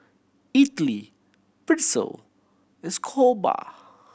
Idili Pretzel and